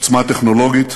עוצמה טכנולוגית,